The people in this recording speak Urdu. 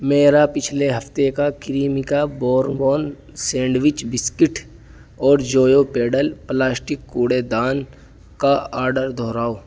میرا پچھلے ہفتے کا کریمیکا بورون سینڈوچ بسکٹھ اور جویو پیڈل پلاسٹک کوڑےدان کا آرڈر دہراؤ